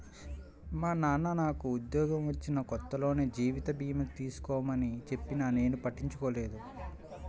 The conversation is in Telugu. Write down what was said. మా నాన్న నాకు ఉద్యోగం వచ్చిన కొత్తలోనే జీవిత భీమా చేసుకోమని చెప్పినా నేను పట్టించుకోలేదు